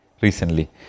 recently